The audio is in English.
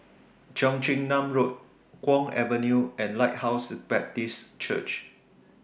Cheong Chin Nam Road Kwong Avenue and Lighthouse Baptist Church